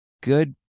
good